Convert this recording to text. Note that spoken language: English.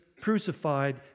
crucified